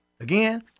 Again